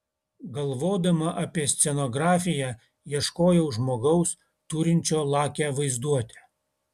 galvodama apie scenografiją ieškojau žmogaus turinčio lakią vaizduotę